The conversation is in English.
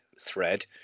thread